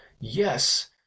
yes